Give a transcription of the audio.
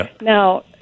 Now